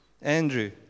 Andrew